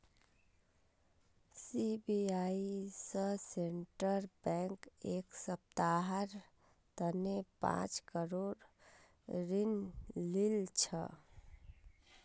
SBI स Central Bank एक सप्ताहर तने पांच करोड़ ऋण लिल छ